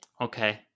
Okay